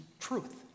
truth